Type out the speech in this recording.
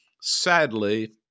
Sadly